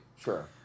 Sure